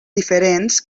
diferents